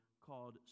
called